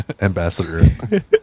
ambassador